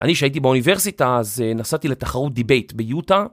אני שהייתי באוניברסיטה אז נסעתי לתחרות דיבייט ביוטה.